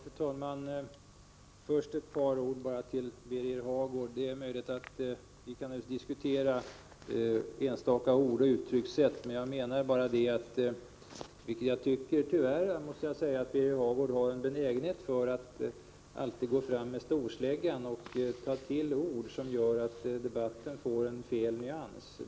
Fru talman! Först ett par ord till Birger Hagård. Vi kan i och för sig diskutera enstaka ord och uttryckssätt, men tyvärr har Birger Hagård en benägenhet att alltid gå fram med storsläggan och ta till ord som gör att debatten får fel nyans.